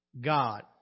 God